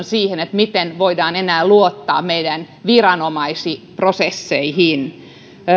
siihen miten voidaan enää luottaa meidän viranomaisprosesseihimme